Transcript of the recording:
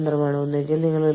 ക്ഷമിക്കണം ഒന്നിലധികം ഇണകൾ